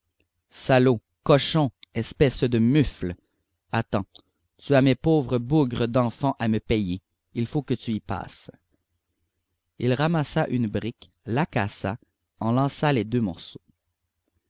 salaud cochon espèce de mufle attends tu as mes pauvres bougres d'enfants à me payer il faut que tu y passes il ramassa une brique la cassa en lança les deux morceaux